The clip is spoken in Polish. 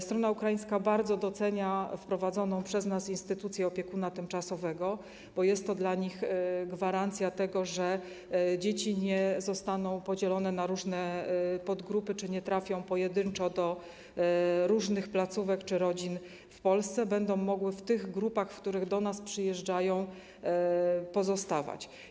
Strona ukraińska bardzo docenia wprowadzoną przez nas instytucję opiekuna tymczasowego, bo jest to dla nich gwarancja tego, że dzieci nie zostaną podzielone na różne podgrupy czy nie trafią pojedynczo do różnych placówek czy rodzin w Polsce, ale będą mogły w tych grupach, w których do nas przyjeżdżają, pozostawać.